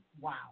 Wow